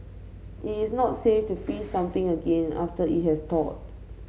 it is not safe to freeze something again after it has thawed